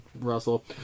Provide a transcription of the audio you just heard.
Russell